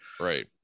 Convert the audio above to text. right